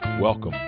Welcome